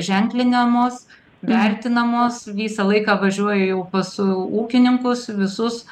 ženklinamos vertinamos visą laiką važiuoju jau pas ūkininkus visus